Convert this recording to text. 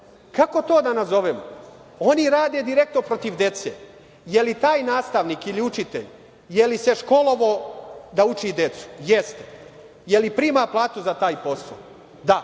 to da nazovemo? Oni rade direktno protiv dece. Je li se taj nastavnik ili učitelj školovao da uči decu? Jeste. Da li prima platu za taj posao? Da.